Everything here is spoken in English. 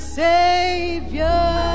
savior